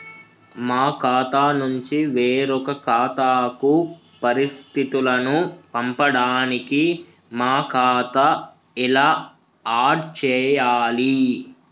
మా ఖాతా నుంచి వేరొక ఖాతాకు పరిస్థితులను పంపడానికి మా ఖాతా ఎలా ఆడ్ చేయాలి?